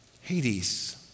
Hades